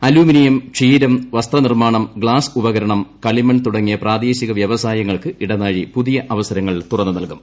aluminium ക്ഷീരം വസ്ത്രനിർമാണം glass ഉപകരണം കളിമൺ തുടങ്ങിയ പ്രാദേശിക വൃവസായങ്ങൾക്ക് ഇടനാഴി പുതിയ അവസരങ്ങൾ തുറന്നു നൽകും